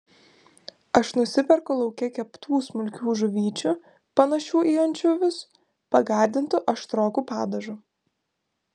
aš nusiperku lauke keptų smulkių žuvyčių panašių į ančiuvius pagardintų aštroku padažu